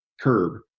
curb